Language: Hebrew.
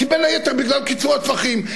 בין היתר, בגלל קיצור הטווחים.